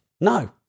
No